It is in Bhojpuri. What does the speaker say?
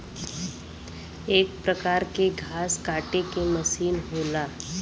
एक परकार के घास काटे के मसीन होला